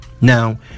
Now